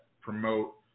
promote